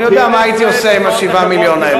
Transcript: אני יודע מה הייתי עושה עם 7 המיליון האלה.